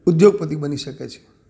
ઉદ્યોગપતિ બની શકે છે